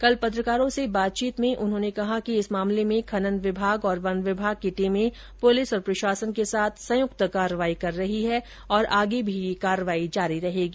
कल पत्रकारों से बातचीत में उन्होंने कहा कि इस मामले में खनन विभाग और वन विभाग की टीमें पुलिस और प्रशासन के साथ संयुक्त कार्रवाई कर रही है और आगे भी यह कार्रवाई जारी रहेगी